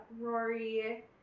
Rory